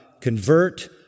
convert